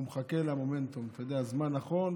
הוא מחכה למומנטום, אתה יודע, לזמן נכון.